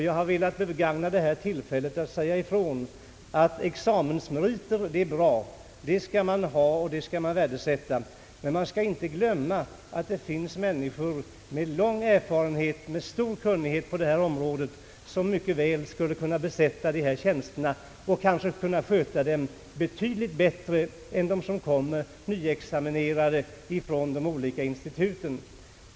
Jag har velat begagna detta tillfälle för att säga att examensmeriter givetvis är bra — sådana skall naturligtvis värdesättas — men vi skall inte glömma bort att det finns människor med lång erfarenhet och med stor kunnighet på detta område, som mycket väl skulle kunna besätta dessa tjänster och kanske kunna sköta dem betydligt bättre än nyexaminerade från olika institut.